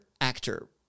actor